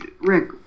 Rick